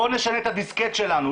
בואו נשנה את הדיסקט שלנו,